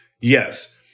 Yes